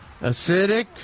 Acidic